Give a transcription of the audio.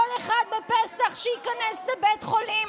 כל אחד בפסח שייכנס לבית החולים